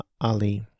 Ali